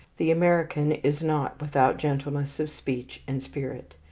the american is not without gentleness of speech and spirit.